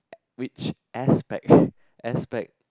which expect expect